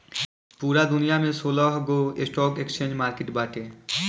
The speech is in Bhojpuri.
पूरा दुनिया में सोलहगो स्टॉक एक्सचेंज मार्किट बाटे